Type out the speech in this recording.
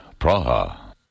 Praha